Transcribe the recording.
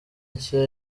nshya